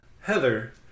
Heather